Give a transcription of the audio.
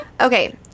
Okay